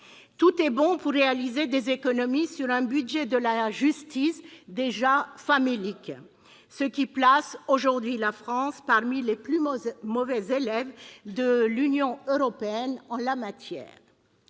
tout est bon pour réaliser des économies sur un budget de la justice déjà famélique, qui place aujourd'hui la France parmi les plus mauvais élèves de l'Union européenne en la matière.